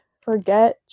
forget